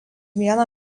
vieną